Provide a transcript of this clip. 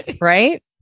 right